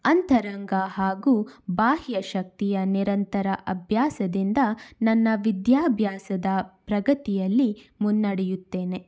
ಅಂತರಂಗ ಹಾಗೂ ಬಾಹ್ಯ ಶಕ್ತಿಯ ನಿರಂತರ ಅಭ್ಯಾಸದಿಂದ ನನ್ನ ವಿದ್ಯಾಭ್ಯಾಸದ ಪ್ರಗತಿಯಲ್ಲಿ ಮುನ್ನಡೆಯುತ್ತೇನೆ